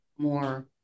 more